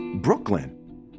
Brooklyn